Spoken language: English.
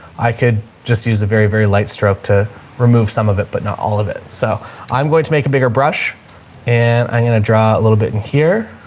i could just use a very, very light stroke to remove some of it, but not all of it. so i'm going to make a bigger brush and i'm going to draw a little bit in here